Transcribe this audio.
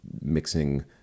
mixing